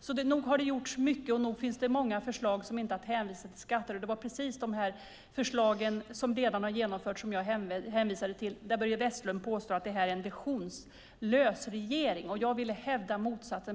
Så nog har det gjorts mycket, och nog finns det många förslag som inte är att hänvisa till skatter. Det är precis dessa förslag som redan har genomförts och som jag redovisade till. Börje Vestlund påstår att detta är en visionslös regering. Jag vill hävda motsatsen.